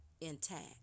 intact